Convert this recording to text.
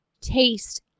taste